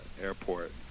airport